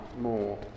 more